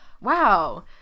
wow